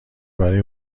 برای